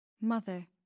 Mother